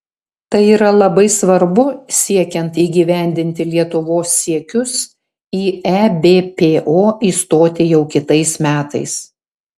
tai yra labai svarbu siekiant įgyvendinti lietuvos siekius į ebpo įstoti jau kitais metais